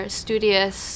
studious